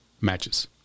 matches